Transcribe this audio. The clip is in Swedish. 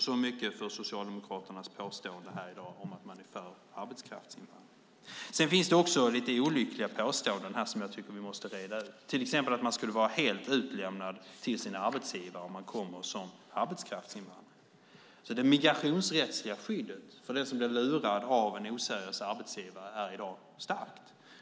Så mycket för Socialdemokraternas påstående här i dag att man är för arbetskraftsinvandring. Det finns också lite olika påståenden som jag tycker att vi måste reda ut, till exempel att man skulle vara helt utlämnad till sin arbetsgivare om man kommer som arbetskraftsinvandrare. Det migrationsrättsliga skyddet för den som blir lurad av en oseriös arbetsgivare är i dag starkt.